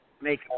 make